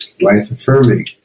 life-affirming